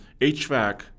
HVAC